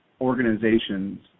organizations